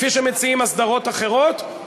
כפי שמציעים הסדרות אחרות,